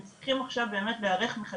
הם צריכים באמת עכשיו להיערך מחדש.